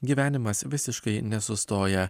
gyvenimas visiškai nesustoja